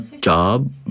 job